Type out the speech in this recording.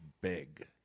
big